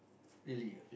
really